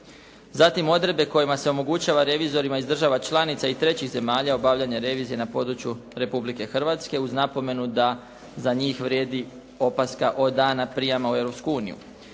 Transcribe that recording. Zatim odrede kojima se omogućava revizorima članica iz trećih zemalja na obavljanje revizije na području Republike Hrvatske uz napomenu da za njih vrijedi opaska od dana prijama u